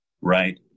Right